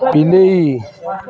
ବିଲେଇ